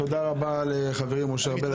תודה רבה לחברי משה ארבל,